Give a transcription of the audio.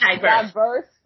diverse